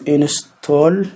Install